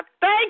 thank